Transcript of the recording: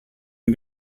den